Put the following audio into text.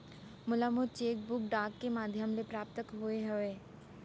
मोला मोर cheque book डाक के मध्याम ले प्राप्त होय हवे